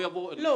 לא.